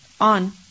on